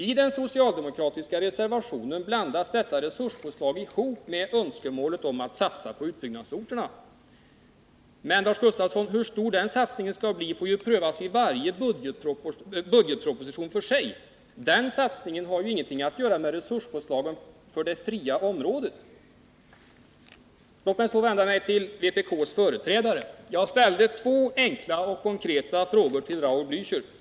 I den socialdemokratiska reservationen blandas detta resurspåslag ihop med önskemålet om att satsa på utbyggnadsorterna. Men, Lars Gustafsson, hur stor den satsningen skall bli får prövas i varje budgetproposition för sig. Den satsningen har ingenting att göra med resurspåslaget för det fria området. Låt mig så vända mig till vpk:s företrädare. Jag ställde två enkla konkreta frågor till Raul Blächer.